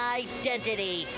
identity